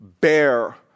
bear